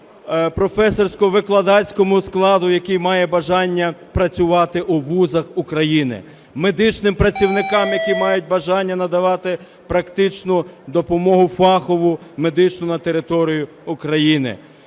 професорсько-викладацькому складу, який має бажання працювати у вузах України. Медичним працівникам, які мають бажання надавати практичну допомогу фахову медичну на території України.